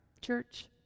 church